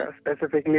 Specifically